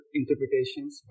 interpretations